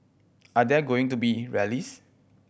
are there going to be rallies